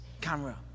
camera